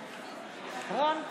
בעד רון כץ,